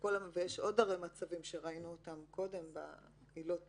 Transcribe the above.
יש עוד מצבים שראינו אותם קודם בעילות